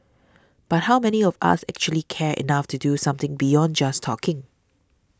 but how many of us actually care enough to do something beyond just talking